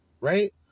right